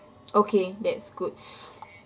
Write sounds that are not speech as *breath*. okay that's good *breath*